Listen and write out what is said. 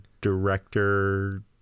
director